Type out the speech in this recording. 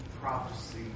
prophecy